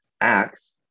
acts